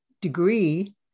degree